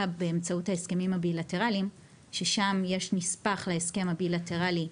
באמצעות הסכמים לבילטרליים ששם יש נספח להסכם הבילטרלי,